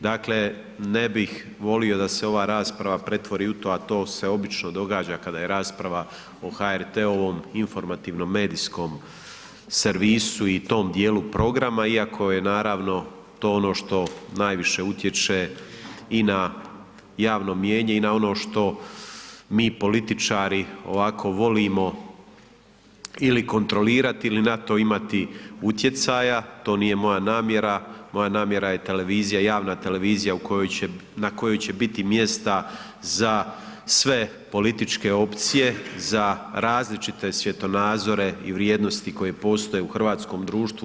Dakle, ne bih volio da se ova rasprava pretvori u to, a to se obično događa kada je rasprava o HRT-ovom informativnom medijskom servisu i tom dijelu programa iako je naravno to ono što najviše utječe i na javno mijenje i na ono što mi političari ovako volimo ili kontrolirati ili na to imati utjecaja, to nije moja namjera, moja namjera je televizija, javna televizija na kojoj će biti mjesta za sve političke opcije, za različite svjetonazore i vrijednosti koje postoje u hrvatskom društvu.